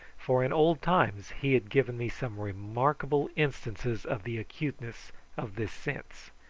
for in old times he had given me some remarkable instances of the acuteness of this sense.